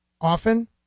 often